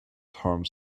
harms